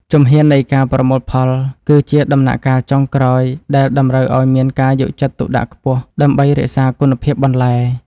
ជំហាននៃការប្រមូលផលគឺជាដំណាក់កាលចុងក្រោយដែលតម្រូវឱ្យមានការយកចិត្តទុកដាក់ខ្ពស់ ដើម្បីរក្សាគុណភាពបន្លែ។